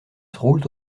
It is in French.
roulent